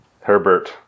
Herbert